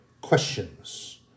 questions